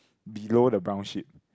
below the brown sheep